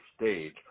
stage